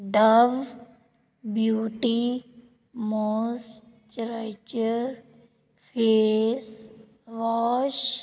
dove beauty moisturiser face wash